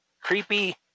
creepy